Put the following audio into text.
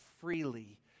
freely